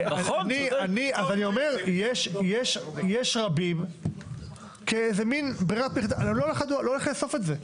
אני אומר שיש רבים שלא הולכים לאסוף את הדואר.